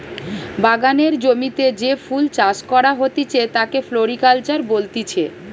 বাগানের জমিতে যে ফুল চাষ করা হতিছে তাকে ফ্লোরিকালচার বলতিছে